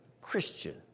Christian